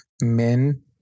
men